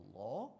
law